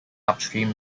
upstream